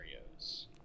scenarios